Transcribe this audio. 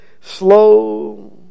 slow